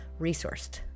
resourced